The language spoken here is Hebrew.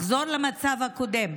לחזור למצב הקודם,